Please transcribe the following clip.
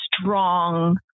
strong